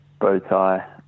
bow-tie